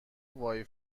وای